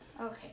Okay